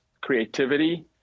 creativity